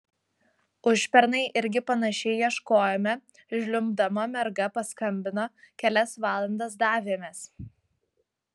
užpernai irgi panašiai ieškojome žliumbdama merga paskambino kelias valandas davėmės